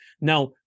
Now